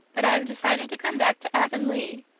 but i have decided to come back to avonlea.